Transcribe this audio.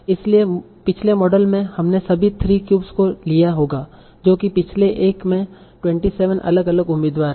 इसलिए पिछले मॉडल में हमने सभी 3 क्यूब को लिया होगा जो कि पिछले एक में 27 अलग अलग उम्मीदवार हैं